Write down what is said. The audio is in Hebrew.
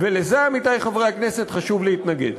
ולזה, עמיתי חברי הכנסת, חשוב להתנגד.